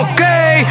Okay